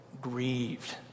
grieved